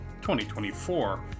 2024